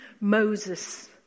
Moses